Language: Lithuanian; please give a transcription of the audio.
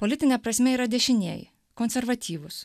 politine prasme yra dešinieji konservatyvūs